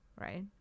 right